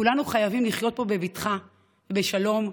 כולנו חייבים לחיות פה בבטחה, בשלום.